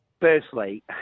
Firstly